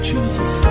Jesus